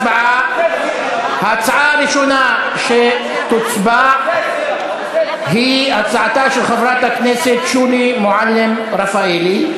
ההצעה הראשונה שתוצבע היא הצעתה של חברת הכנסת שולי מועלם-רפאלי,